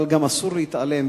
אבל, אסור להתעלם.